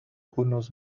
unos